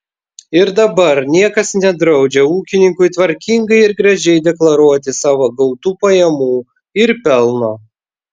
ir dabar niekas nedraudžia ūkininkui tvarkingai ir gražiai deklaruoti savo gautų pajamų ir pelno